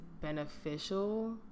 beneficial